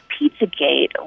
Pizzagate